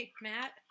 Matt